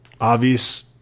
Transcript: obvious